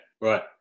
right